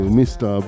mr